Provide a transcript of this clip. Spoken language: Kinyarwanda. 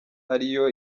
ariyo